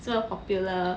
so popular